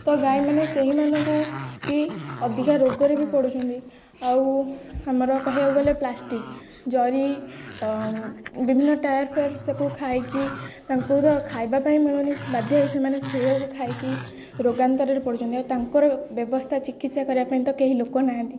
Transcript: ତ ଗାଈମାନେ ସେହିମାନଙ୍କୁ ବି ଅଧିକା ରୋଗରେ ବି ପଡ଼ୁଛନ୍ତି ଆଉ ଆମର କହିବାକୁ ଗଲେ ପ୍ଲାଷ୍ଟିକ ଜରି ବିଭିନ୍ନ ଟାୟାର ଫାୟାର ସେସବୁ ଖାଇକି ତାଙ୍କୁ ତ ଖାଇବା ପାଇଁ ମିଳୁନି ବାଧ୍ୟ ହୋଇ ସେମାନେ ସେଇଆକୁ ଖାଇକି ରୋଗାକ୍ରାନ୍ତରେ ପଡ଼ୁଛନ୍ତି ଆଉ ତାଙ୍କର ବ୍ୟବସ୍ଥା ଚିକିତ୍ସା କରିବା ପାଇଁ ତ କେହି ଲୋକ ନାହାନ୍ତି